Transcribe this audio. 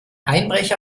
einbrecher